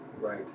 right